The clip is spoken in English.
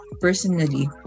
personally